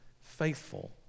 faithful